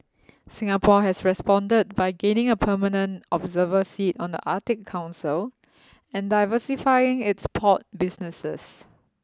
Singapore has responded by gaining a permanent observer seat on the Arctic Council and diversifying its port businesses